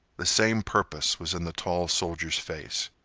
the same purpose was in the tall soldier's face.